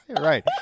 Right